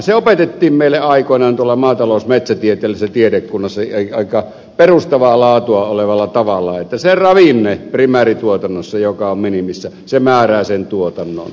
se opetettiin meille aikoinaan maatalous metsätieteellisessä tiedekunnassa aika perustavaa laatua olevalla tavalla että se ravinne primäärituotannossa joka on minimissä määrää sen tuotannon tason